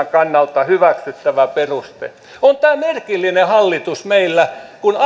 kannalta hyväksyttävä peruste on meillä merkillinen hallitus kun